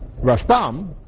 Rashbam